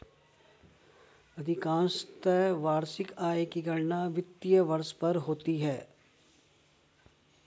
अधिकांशत वार्षिक आय की गणना वित्तीय वर्ष पर होती है